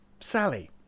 Sally